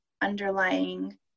underlying